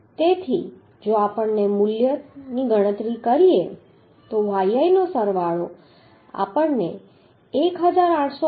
તેથી જો આપણે તે મૂલ્યની ગણતરી કરીએ તો yi નો સરવાળો આપણને 1828